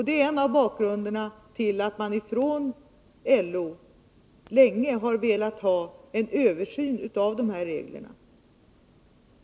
Det är ett av skälen till att man från LO länge har velat ha en översyn av reglerna.